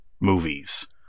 movies